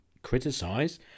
criticise